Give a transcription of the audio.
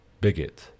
bigot